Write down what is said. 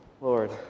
Lord